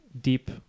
deep